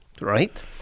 right